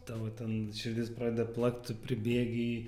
tavo ten širdis pradeda plakt tu pribėgi į